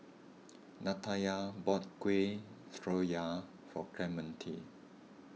Natalya bought Kueh Syara for Clemente